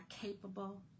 capable